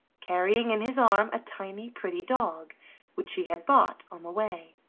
carrying in his arm a tiny pretty dog which he had bought on the way.